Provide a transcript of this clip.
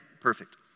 perfect